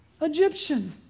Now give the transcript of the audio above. Egyptian